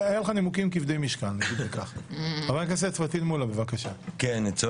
היו לך נימוקים כבדי משקל, אגיד את זה ככה.